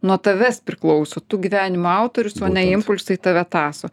nuo tavęs priklauso tu gyvenimo autorius o ne impulsai tave tąso